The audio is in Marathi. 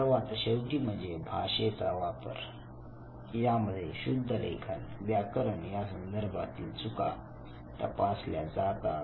सर्वात शेवटी म्हणजे भाषेचा वापर यामध्ये शुद्धलेखन व्याकरण संदर्भातील चुका तपासल्या जातात